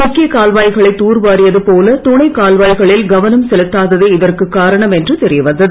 முக்கிய கால்வாய்களை தூர் வாரியது போல துணை கால்வாய்களில் கவனம் செலுத்தாததே இதற்கு காரணம் என்று தெரிய வந்தது